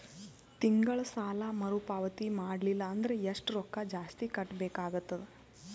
ತಿಂಗಳ ಸಾಲಾ ಮರು ಪಾವತಿ ಮಾಡಲಿಲ್ಲ ಅಂದರ ಎಷ್ಟ ರೊಕ್ಕ ಜಾಸ್ತಿ ಕಟ್ಟಬೇಕಾಗತದ?